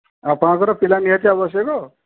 ଆପଣଙ୍କର ପିଲା ନିହାତି ଆବଶ୍ୟକ